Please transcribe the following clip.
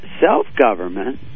self-government